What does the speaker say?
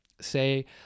say